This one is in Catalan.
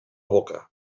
boca